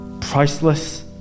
priceless